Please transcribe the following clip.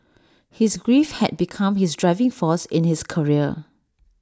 his grief had become his driving force in his career